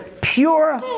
pure